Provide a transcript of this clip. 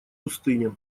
пустыне